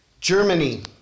Germany